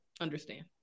understand